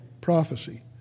prophecy